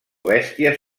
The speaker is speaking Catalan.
bèsties